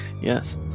Yes